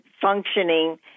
functioning